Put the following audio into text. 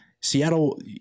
Seattle